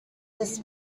this